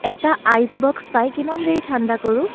এটা ice box পাই কিমান দেৰি ঠাণ্ডা কৰোঁ